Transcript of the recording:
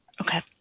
Okay